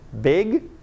big